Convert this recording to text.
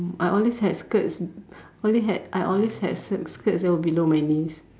I always had skirts always had I always had s~ skirts well below my knees